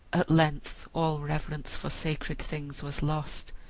at length all reverence for sacred things was lost.